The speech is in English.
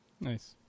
Nice